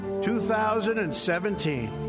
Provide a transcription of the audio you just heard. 2017